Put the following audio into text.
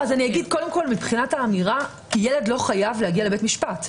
מבחינת האמירה ילד לא חייב להגיע לבית המשפט.